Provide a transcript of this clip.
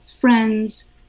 friends